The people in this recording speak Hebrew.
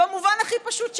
במובן הכי פשוט שיש: